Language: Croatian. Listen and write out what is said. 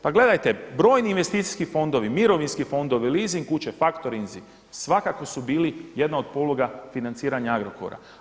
Pa gledajte brojni investicijski fondovi, mirovinski fondovi, leasing kuće, faktorinzi svakako su bili jedna od poluga financiranja Agrokora.